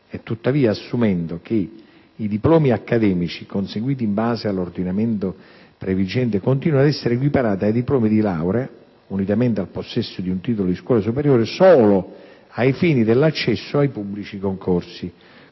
tuttavia, assumendo che i diplomi accademici conseguiti in base all'ordinamento previgente continuano ad essere equiparati ai diplomi di laurea (unitamente al possesso di un titolo di scuola superiore) solo ai fini dell'accesso ai pubblici concorsi,